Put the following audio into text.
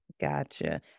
Gotcha